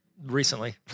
recently